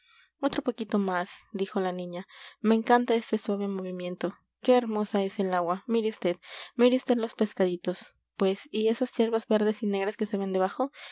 otro poquito más dijo la niña me encanta este suave movimiento qué hermosa es el agua mire vd mire vd los pescaditos pues y esas yerbas verdes y negras que se ven debajo